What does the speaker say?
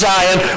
Zion